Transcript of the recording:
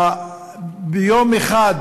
ביום אחד,